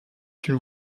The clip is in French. une